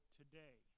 today